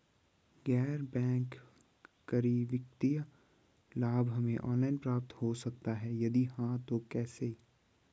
गैर बैंक करी वित्तीय लाभ हमें ऑनलाइन प्राप्त हो सकता है यदि हाँ तो कैसे?